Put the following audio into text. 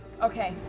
okay.